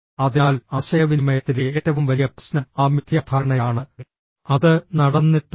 അതിനാൽ ആശയവിനിമയത്തിലെ ഏറ്റവും വലിയ പ്രശ്നം ആ മിഥ്യാധാരണയാണ് അത് നടന്നിട്ടുണ്ട്